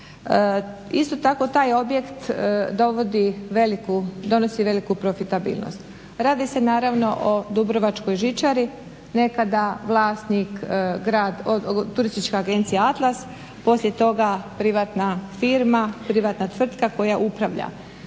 Isto tako taj objekt dovodi veliku, donosi veliku profitabilnost. Radi se naravno o Dubrovačkoj žičari, nekada vlasnik turistička agencija Atlas, poslije toga privatna firma, privatna tvrtka koja upravlja.